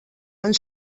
han